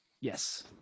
yes